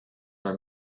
are